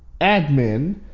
admin